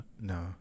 No